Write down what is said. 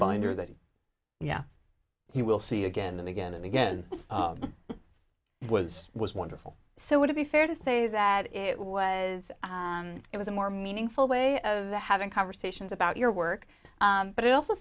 binder that yeah he will see again and again and again it was was wonderful so would it be fair to say that it was it was a more meaningful way of having conversations about your work but it also